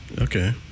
okay